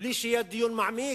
ובלי שיהיה דיון מעמיק.